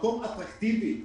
מקום אטרקטיבי,